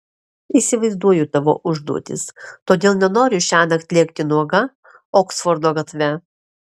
įsivaizduoju tavo užduotis todėl nenoriu šiąnakt lėkti nuoga oksfordo gatve